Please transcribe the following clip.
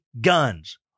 guns